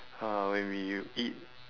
uh when we you eat